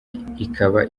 ikaba